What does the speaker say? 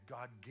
God